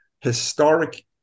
historic